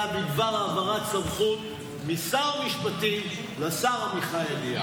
בדבר העברת סמכות משר המשפטים לשר עמיחי אליהו.